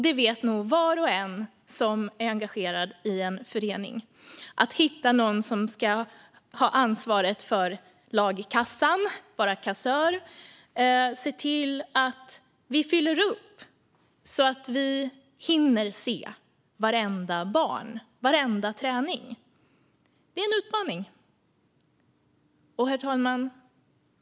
Det vet nog var och en som är engagerad i en förening. Det gäller att hitta någon som ska ha ansvaret för lagkassan, vara kassör, och se till att vi fyller upp så att vi hinner se varje barn under varenda träning. Det är en utmaning. Herr talman!